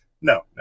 No